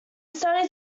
studied